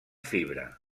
fibra